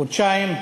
חודשיים,